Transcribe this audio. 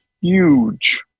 huge